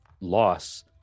loss